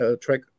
track